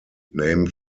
named